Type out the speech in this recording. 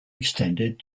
extended